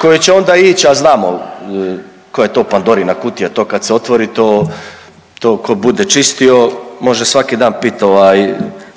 koje će onda ići, a znamo koja je to Pandorina kutija. To kad se otvori to tko bude čistio može svaki dan piti